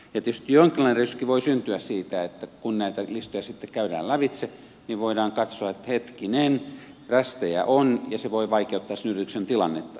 tietysti jonkinlainen riski voi syntyä siitä että kun näitä listoja sitten käydään lävitse niin voidaan katsoa että hetkinen rästejä on ja se voi vaikeuttaa sen yrityksen tilannetta